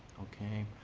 okay.